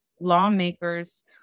lawmakers